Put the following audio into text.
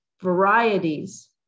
varieties